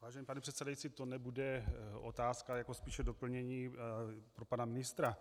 Vážený pane předsedající, to nebude otázka, je to spíše doplnění pro pana ministra.